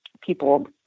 people